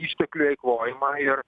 išteklių eikvojimą ir